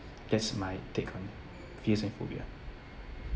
that's my take on fears and phobias